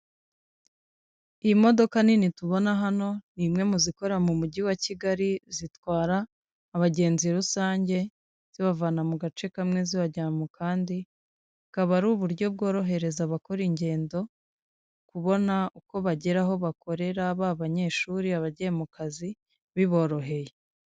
Iyi modokado nini tubona hano ni imwe mu zikora mu mujyi wa kigali zitwara abagenzi rusange zibavana mu gace kamwe zibajya mu kandi, akaba ari uburyo bworohereza abakora ingendo kubona uko bagera aho bakorera baba abanyeshuri, abagiye mu kazi biboroheye.